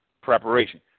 preparation